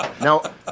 Now